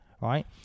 right